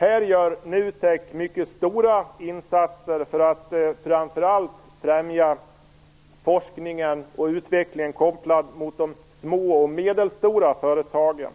Här gör NUTEK mycket stora insatser för att framför allt främja forskningen och utvecklingen kopplat till de små och medelstora företagen,